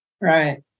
Right